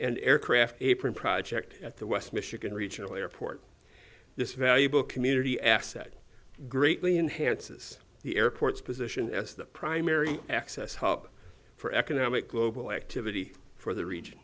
and aircraft a project at the west michigan regional airport this valuable community asset greatly enhances the airport's position as the primary access hub for economic global activity for the region